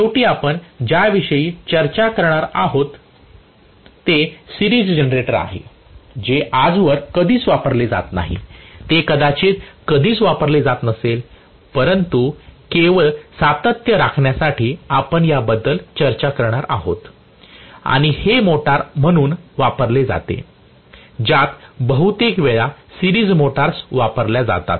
शेवटी आपण ज्या विषयी चर्चा करणार आहोत ते सिरीज जनरेटर आहे जे आजवर कधीच वापरले जात नाही ते कदाचित कधीच वापरले जात नसेल परंतु केवळ सातत्य राखण्यासाठी आपण याबद्दल चर्चा करणार आहोत आणि हे मोटार म्हणून वापरले जाते ज्यात बहुतेक वेळा सिरीज मोटर्स वापरल्या जातात